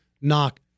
knock